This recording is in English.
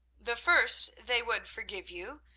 the first they would forgive you,